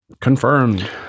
confirmed